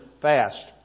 fast